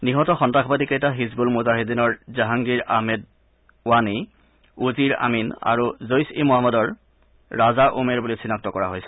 নিহত সন্তাসবাদীকেইটা হিজবুল মুজাহিদিনৰ জেহাংগিৰ আহমেদ ৱানী উজিৰ আমিন আৰু জৈচ এ মহম্মদৰ ৰাজা উমেৰ বুলি চিনাক্ত কৰা হৈছে